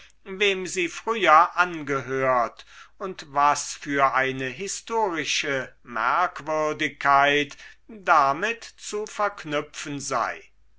wem sie früher angehört und was für eine historische merkwürdigkeit damit zu verknüpfen sei